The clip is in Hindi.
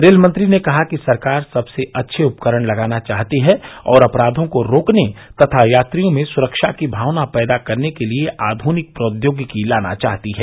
रेल मंत्री ने कहा कि सरकार सबसे अच्छे उपकरण लगाना चाहती है और अपराधों को रोकने तथा यात्रियों में सुरक्षा की भावना पैदा करने के लिए आध्निक प्रौद्योगिकी लाना चाहती है